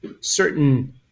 certain